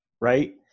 right